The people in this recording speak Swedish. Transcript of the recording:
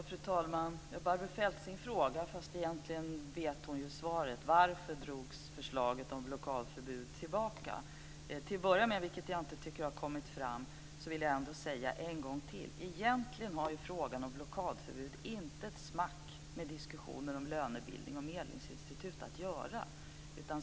Fru talman! Barbro Feltzing frågar varför förslaget om blockadförbud drogs tillbaka, fast hon egentligen vet svaret. Till att börja med, vilket inte har kommit fram, vill jag säga en gång till att frågan om blockadförbud egentligen inte har ett smack med diskussionen om lönebildning och medlingsinstitut att göra.